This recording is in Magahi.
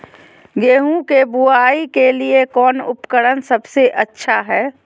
गेहूं के बुआई के लिए कौन उपकरण सबसे अच्छा है?